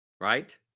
Right